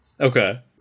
Okay